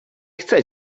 chcę